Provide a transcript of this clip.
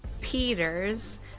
Peters